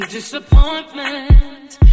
disappointment